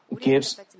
gives